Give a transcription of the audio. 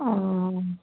অঁ